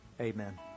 Amen